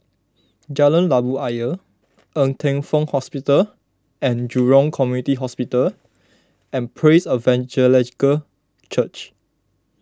Jalan Labu Ayer Ng Teng Fong Hospital and Jurong Community Hospital and Praise Evangelical Church